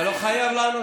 אתה מדבר על,